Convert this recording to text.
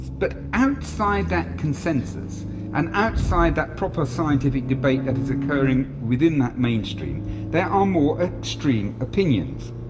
but outside that consensus and outside that proper scientific debate that is occurring within that mainstream there are more extreme opinions.